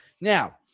Now